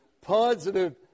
positive